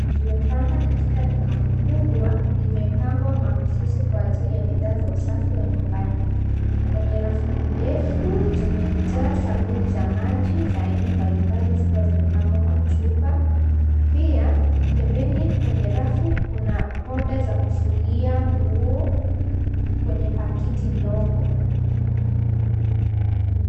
Njia pana katika duka kubwa limepangwa mahususi kwa ajili ya bidhaa za usafi wa nyumbani. Kwenye rafu ndefu zimejaa sabuni za maji za aina mbalimbali zikiwa zimepangwa kwa chupa. Pia pembeni kwenye rafu kuna poda za kufulia nguo kwenye pakiti ndogo.